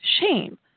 shame